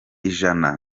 ijana